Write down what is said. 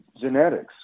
genetics